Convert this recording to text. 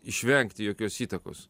išvengti jokios įtakos